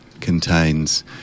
contains